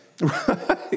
right